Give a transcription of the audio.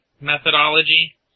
methodology